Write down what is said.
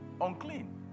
unclean